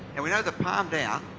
and we know the palm down,